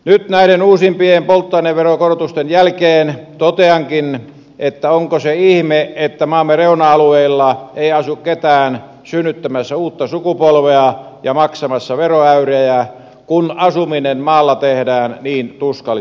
nyt näiden uusimpien polttoaineveron korotusten jälkeen toteankin että onko se ihme että maamme reuna alueilla ei asu ketään synnyttämässä uutta sukupolvea ja maksamassa veroäyrejä kun asuminen maalla tehdään niin tuskalliseksi